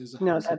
No